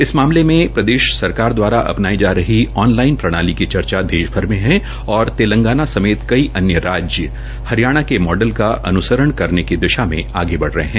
इस मामले में प्रदेश सरकार द्वारा अपनाई जा रही ऑनलाइन प्रणाली की चर्चा देशभर में है और तेलंगाना समेत कई अन्य राज्य हरियाणा के मॉडल का अनुसरण करने की दिशा में आगे बढ़ रहे हैं